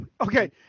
Okay